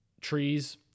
trees